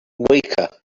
weaker